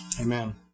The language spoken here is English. Amen